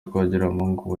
twagiramungu